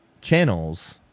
channels